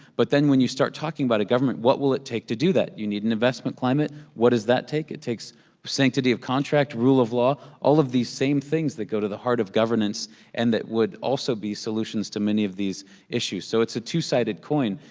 but then when you start talking about a government, what will it take to do that? you need an investment climate. what does that take? it takes sanctity of contract, rule of law, all of these same things that go to the heart of governance and that would also be solutions to many of these issues, so it's a two sided coin,